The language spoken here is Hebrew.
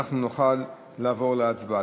אנחנו נוכל לעבור להצבעה.